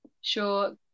Sure